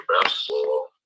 basketball